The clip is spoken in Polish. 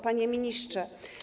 Panie Ministrze!